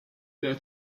della